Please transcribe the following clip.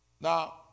Now